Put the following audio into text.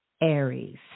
Aries